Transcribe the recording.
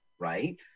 right